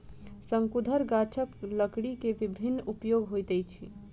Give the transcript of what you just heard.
शंकुधर गाछक लकड़ी के विभिन्न उपयोग होइत अछि